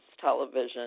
television